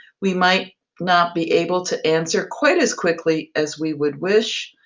we might not be able to answer quite as quickly as we would wish,